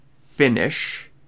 finish